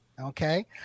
okay